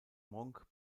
monk